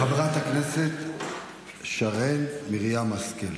חברת הכנסת שרן מרים השכל.